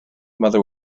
mother